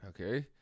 Okay